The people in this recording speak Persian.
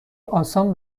آسان